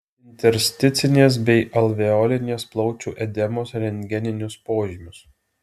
intersticinės bei alveolinės plaučių edemos rentgeninius požymius